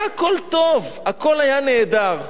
הכול היה טוב, הכול היה נהדר.